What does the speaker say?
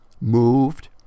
moved